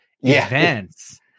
events